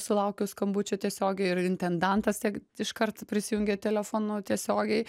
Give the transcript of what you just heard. sulaukiau skambučio tiesiogiai ir intendantas tiek iškart prisijungė telefonu tiesiogiai